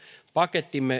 pakettimme